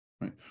right